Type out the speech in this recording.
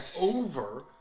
over